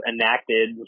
enacted